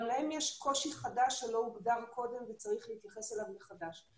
גם להם יש קושי חדש שלא הוגדר קודם וצריך להתייחס אליו מחדש.